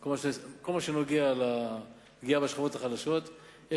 בכל מה שקשור לפגיעה בשכבות החלשות,